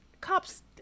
cops